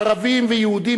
ערבים ויהודים,